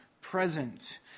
present